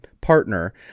partner